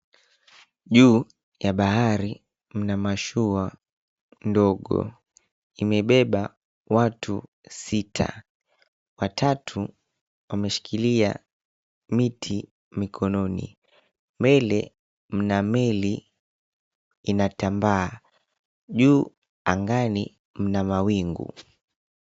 Juu ya bahari mna mashua ndogo imebeba watu sita. Watatu wameshikilia miti mikononi. mbele mna meli inatambaa. Juu angani mna mawingu.